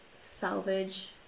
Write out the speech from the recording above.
salvage